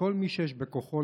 לכל מי שיש בכוחו,